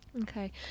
Okay